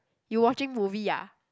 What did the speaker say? you watching movie ah